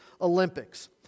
Olympics